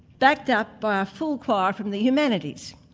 backed up by a full choir from the humanities.